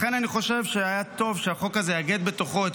לכן אני חושב שהיה טוב שהחוק הזה יאגד בתוכו את